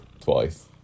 twice